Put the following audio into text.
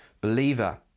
believer